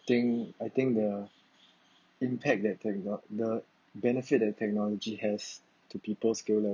I think I think the impact that techno~ the benefit that technology has to people skills